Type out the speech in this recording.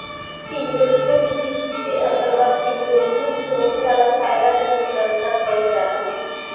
investment risk के अंतरगत investment से होखे वाला फायदा के भी गनना कईल जाला